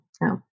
no